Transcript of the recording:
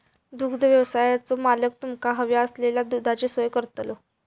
दुग्धव्यवसायाचो मालक तुमका हव्या असलेल्या दुधाची सोय करतलो